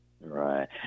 Right